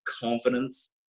confidence